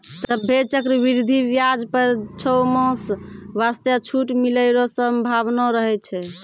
सभ्भे चक्रवृद्धि व्याज पर छौ मास वास्ते छूट मिलै रो सम्भावना रहै छै